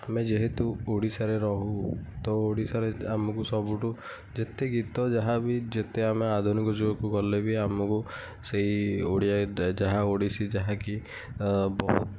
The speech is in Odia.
ଆମେ ଯେହେତୁ ଓଡ଼ିଶାରେ ରହୁ ତ ଓଡ଼ିଶାରେ ଆମକୁ ସବୁଠୁ ଯେତେ ଗୀତ ଯାହା ବି ଯେତେ ଆମେ ଆଧୁନିକ ଯୁଗକୁ ଗଲେ ବି ଆମକୁ ସେଇ ଓଡ଼ିଆଟା ଯାହା ଓଡ଼ିଶୀ ଯାହା କି